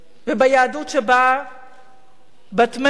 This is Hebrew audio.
וביהדות שבה בת מלך,